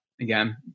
Again